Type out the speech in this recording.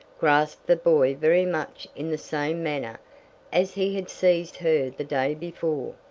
grasped the boy very much in the same manner as he had seized her the day before.